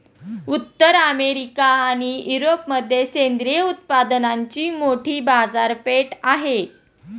उत्तर अमेरिका आणि युरोपमध्ये सेंद्रिय उत्पादनांची मोठी बाजारपेठ आहे